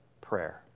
prayer